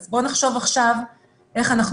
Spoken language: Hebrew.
אז, בואו נחשוב עכשיו איך אנחנו